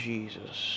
Jesus